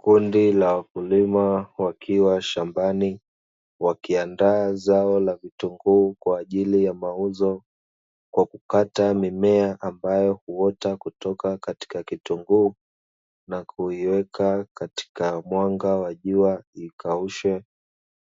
Kundi la wakulima wakiwa shambani wakiandaa zao la vitunguu kwa ajili ya mauzo, kwa kukata mimea ambayo huota kutoka katika kitunguu na kuiweka katika mwanga wa jua ikaushwe,